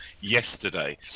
yesterday